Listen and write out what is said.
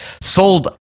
sold